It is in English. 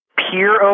peer